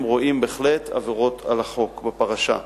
הם רואים בהחלט עבירות על החוק בפרשה.